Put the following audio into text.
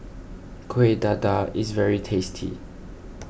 Kueh Dadar is very tasty